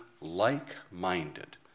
like-minded